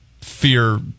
fear